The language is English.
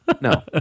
No